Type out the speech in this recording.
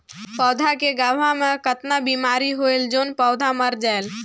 पौधा के गाभा मै कतना बिमारी होयल जोन पौधा मर जायेल?